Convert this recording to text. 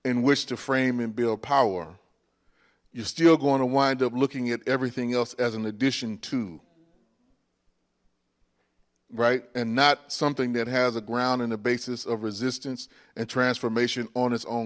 in which to frame and build power you're still going to wind up looking at everything else as in addition to right and not something that has a ground in the basis of resistance and transformation on its own